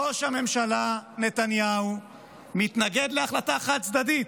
ראש הממשלה נתניהו מתנגד להחלטה חד-צדדית,